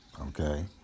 okay